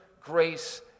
grace